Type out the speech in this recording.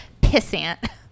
Pissant